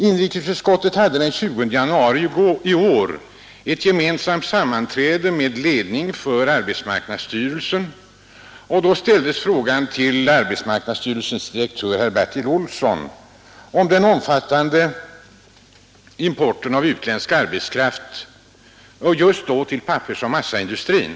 Inrikesutskottet hade den 20 januari i år ett gemensamt sammanträde med ledningen för arbetsmarknadsstyrelsen. Då ställdes frågan till arbetsmarknadsstyrelsens generaldirektör herr Bertil Olsson om den omfattande importen av utländsk arbetskraft vid ifrågavarande tillfälle till pappersoch massaindustrin.